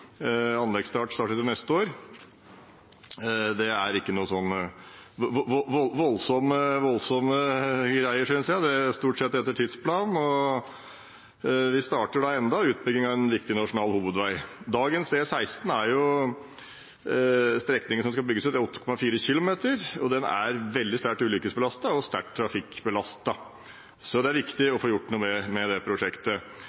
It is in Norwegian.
neste år. Det er ikke så voldsomme greier, synes jeg, dette er stort sett etter tidsplanen. Vi starter da utbyggingen av enda en viktig nasjonal hovedvei. Strekningen som skal bygges ut, er på 8,4 km, og den er veldig sterkt ulykkesutsatt og sterkt trafikkbelastet, så det er viktig